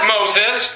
Moses